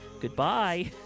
goodbye